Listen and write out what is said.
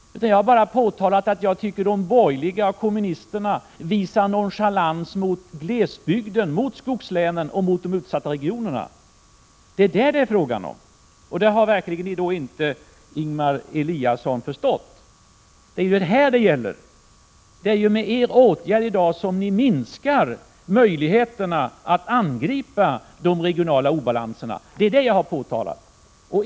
Jag har bara påtalat att de borgerliga och kommunisterna visar nonchalans mot glesbygden, skogslänen och de utsatta regionerna. Det är detta frågan gäller. Det har verkligen Ingemar Eliasson inte förstått. Med era åtgärder minskar ni möjligheterna att angripa de regionala obalanserna. Detta har jag påtalat.